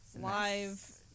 live